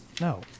No